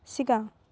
सिगां